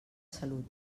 salut